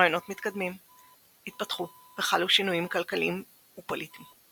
רעיונות מתקדמים התפתחו וחלו שינויים כלכליים ופוליטיים.